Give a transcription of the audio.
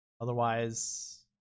Otherwise